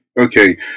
okay